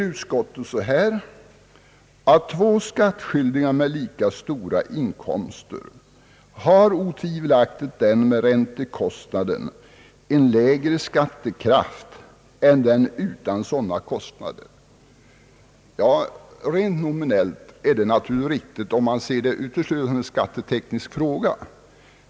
Utskottet skriver: »Av två skattskyldiga med lika stora inkomster har otvivelaktigt den med räntekostnader en lägre skattekraft än den utan sådana kostnader.» — Rent nominellt är det naturligtvis riktigt om man ser det hela ytterst som en skatteteknisk fråga.